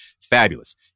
fabulous